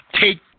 take